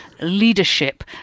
leadership